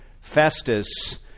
Festus